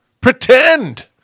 pretend